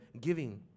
giving